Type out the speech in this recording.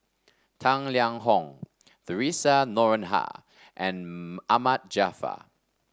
Tang Liang Hong Theresa Noronha and Ahmad Jaafar